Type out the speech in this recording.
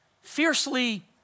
fiercely